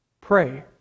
pray